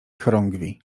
chorągwi